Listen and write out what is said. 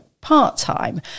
part-time